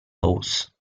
horse